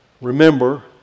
Remember